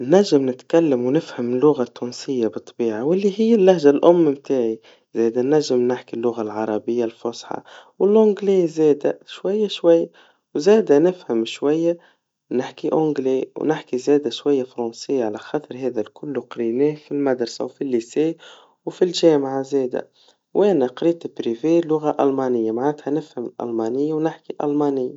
ننجم نتكلم ونفهم اللغة التونسيا بالطبيعا, واللي هيا اللهجا الأم متاعي, ننجم نحكي اللغا العربيا الفصحى, واللنجليزي شويا شوي, زادا نفهم شويا ونحكي أنجلي, ونحكي زادا شويا فرنسيا على خخاطر هذا الكل قري, ما فالمدرسا, وفي الليسي, وفي الجامعا زادا, وانا قريت بريفير لغا ألمانيا, معناتها نفهم الألمانيا ونحكي الألمانيا.